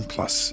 Plus